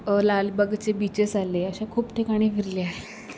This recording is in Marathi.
लाल बागेचे बीचेस आले अशा खूप ठिकाणी फिरली आहे